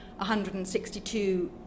162